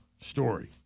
story